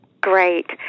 great